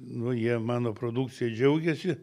nu jie mano produkcija džiaugiasi